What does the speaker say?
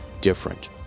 different